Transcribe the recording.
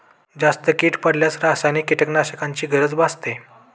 जास्त कीड पडल्यास रासायनिक कीटकनाशकांची गरज भासते